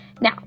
Now